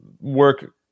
work